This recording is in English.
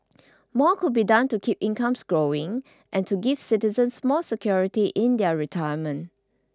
more could be done to keep incomes growing and to give citizens more security in their retirement